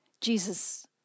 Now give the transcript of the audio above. Jesus